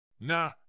Nah